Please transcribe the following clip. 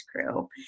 Crew